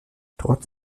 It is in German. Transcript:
trotz